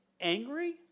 Angry